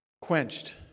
quenched